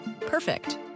Perfect